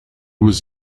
was